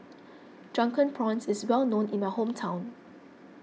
Drunken Prawns is well known in my hometown